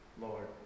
Lord